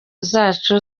zacu